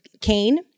Cain